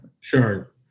sure